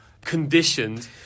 conditioned